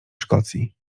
szkocji